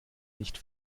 nicht